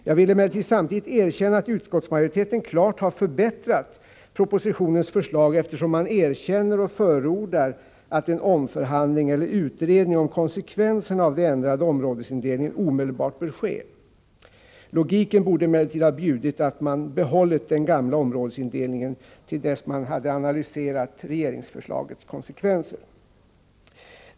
Jag vill emellertid samtidigt erkänna att utskottsmajoriteten klart har förbättrat propositionens förslag, eftersom man erkänner och förordar att en omförhandling eller en utredning av konsekvenserna av den ändrade områdesindelningen omedelbart bör ske. Logiken borde emellertid ha bjudit att man behållit den gamla områdesindelningen till dess att man hade analyserat regeringsförslagets konsekvenser.